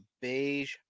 beige